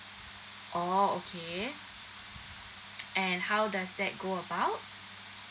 orh okay and how does that go about